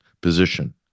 position